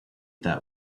that